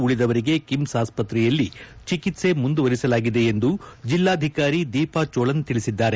ಉಳಿದವರಿಗೆ ಕಿಮ್ಸ್ ಆಸ್ಪತ್ರೆಯಲ್ಲಿ ಚಿಕಿತ್ಸೆ ಮುಂದುವರೆಸಲಾಗಿದೆ ಎಂದು ಜಿಲ್ಲಾಧಿಕಾರಿ ದೀಪಾ ಚೋಳನ್ ತಿಳಿಸಿದ್ದಾರೆ